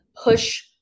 push